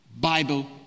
Bible